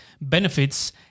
benefits